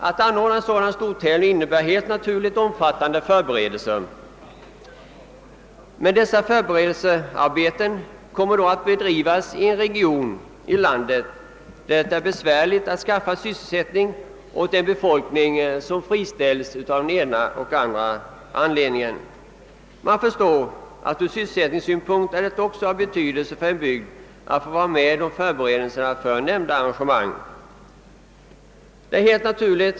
Att anordna en sådan stortävling medför helt naturligt omfattande förberedelser, men dessa förberedelsearbeten kommer att bedrivas i en region av landet där det nu är svårt att skaffa sysselsättning åt en befolkning som friställs av den ena eller andra anledningen. Ur sysselsättningssynpunkt är det därför av betydelse för denna bygd att även få vara med om förberedelsearbetena för ett arrangemang som detta.